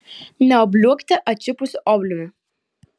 neobliuokite atšipusiu obliumi